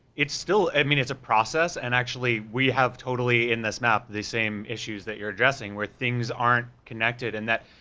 it's still, i mean, it's a process, and actually, we have, totally, in this map, the same issues that you're addressing where things aren't connected and that,